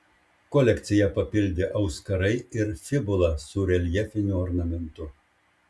kolekciją papildė auskarai ir fibula su reljefiniu ornamentu